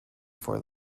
for